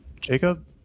Jacob